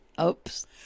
Oops